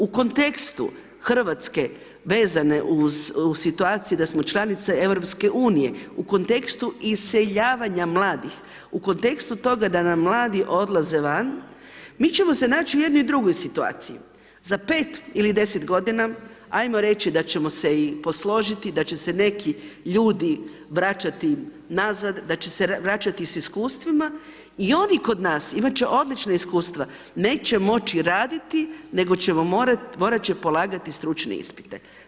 U kontekstu Hrvatske vezane uz u situaciji da smo članica Europske unije, u kontekstu iseljavanja mladih, u kontekstu toga da nam mladi odlaze van, mi ćemo se naći u jednoj drugoj situaciji, za pet ili deset godina ajmo reći da ćemo se i posložiti, da će se neki ljudi vraćati nazad, da će se vraćati s iskustvima i oni kod nas imat će odlična iskustva neće moći raditi, nego će morati polagati stručne ispite.